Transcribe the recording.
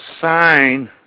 sign